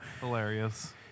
Hilarious